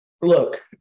look